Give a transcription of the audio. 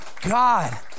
God